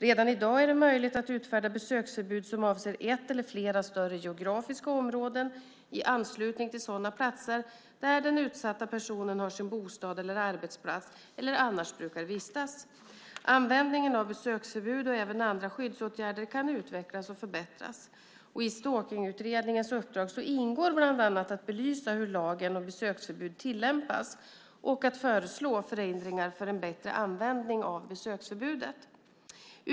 Redan i dag är det möjligt att utfärda besöksförbud som avser ett eller flera större geografiska områden i anslutning till sådana platser där den utsatta personen har sin bostad eller arbetsplats eller annars brukar vistas. Användningen av besöksförbud och även andra skyddsåtgärder kan utvecklas och förbättras. I Stalkningsutredningens uppdrag ingår bland annat att belysa hur lagen om besöksförbud tillämpas och att föreslå förändringar för en bättre användning av besöksförbudet, Ju 2006:09, dir. 2006:84.